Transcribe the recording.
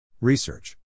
Research